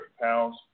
pounds